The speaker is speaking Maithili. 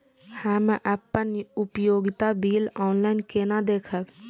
हम अपन उपयोगिता बिल ऑनलाइन केना देखब?